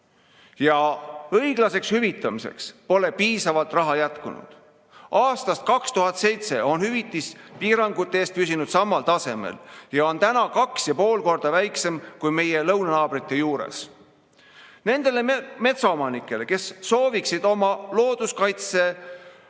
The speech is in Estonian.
ja õiglaseks hüvitamiseks pole piisavalt raha jätkunud. Aastast 2007 on piirangute eest makstav hüvitis püsinud samal tasemel ning on kaks ja pool korda väiksem kui meie lõunanaabritel. Nendele metsaomanikele, kes sooviksid oma looduskaitsealust